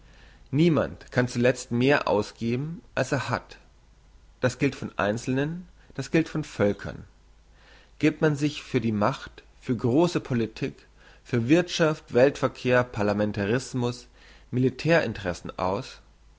niemand kann zuletzt mehr ausgeben als er hat das gilt von einzelnen das gilt von völkern giebt man sich für macht für grosse politik für wirthschaft weltverkehr parlamentarismus militär interessen aus